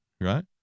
right